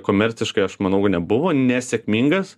komerciškai aš manau nebuvo nesėkmingas